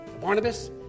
Barnabas